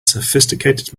sophisticated